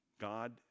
God